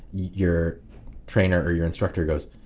your trainer or your instructor goes!